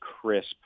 crisp